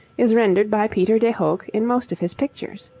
is rendered by peter de hoogh in most of his pictures.